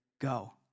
Go